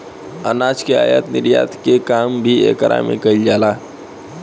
अनाज के आयत निर्यात के काम भी एकरा में कईल जाला